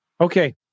Okay